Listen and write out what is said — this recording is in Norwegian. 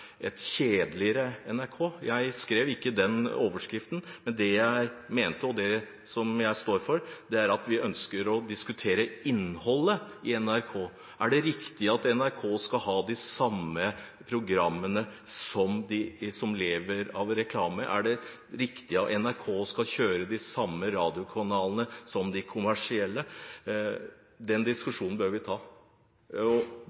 et «kjedeligere» NRK. Jeg skrev ikke den overskriften, men det jeg mente, og det som jeg står for, er at vi ønsker å diskutere innholdet i NRK. Er det riktig at NRK skal ha de samme programmene som de som lever av reklame? Er det riktig at NRK skal kjøre de samme radiokanalene som de kommersielle? Den diskusjonen bør vi ta. Livsgrunnlaget til de private og